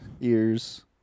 ears